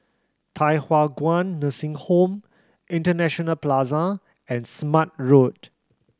Thye Hua Kwan Nursing Home International Plaza and Smart Road